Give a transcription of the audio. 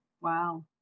Wow